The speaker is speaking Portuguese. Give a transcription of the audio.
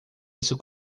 isso